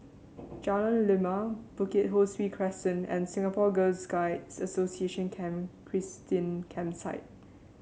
Jalan Lima Bukit Ho Swee Crescent and Singapore Girl's Guide Association Camp Christine Campsite